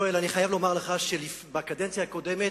יואל, אני חייב לומר לך, בקדנציה הקודמת,